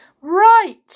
right